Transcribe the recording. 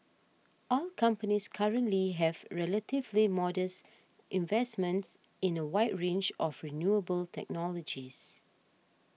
oil companies currently have relatively modest investments in a wide range of renewable technologies